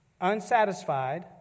unsatisfied